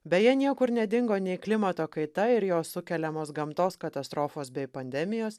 beje niekur nedingo nei klimato kaita ir jos sukeliamos gamtos katastrofos bei pandemijos